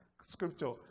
scripture